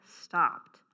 stopped